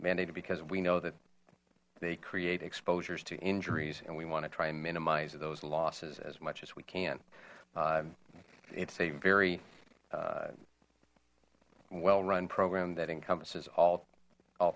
mandated because we know that they create exposures to injuries and we want to try and minimize those losses as much as we can it's a very well run program that encompasses all all